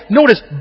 notice